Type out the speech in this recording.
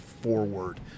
forward